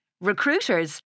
Recruiters